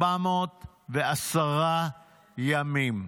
410 ימים.